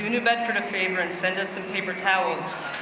new bedford a favor and send us some paper towels.